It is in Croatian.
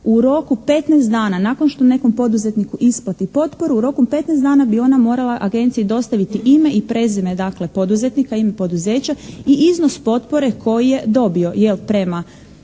u roku petnaest dana nakon što nekom poduzetniku isplati potporu, u roku petnaest dana bi ona morala agenciji dostaviti ime i prezime dakle poduzetnika, poduzeća i iznos potpore koji je dobio jer prema